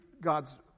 God's